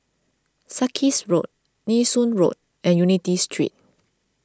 Sarkies Road Nee Soon Road and Unity Street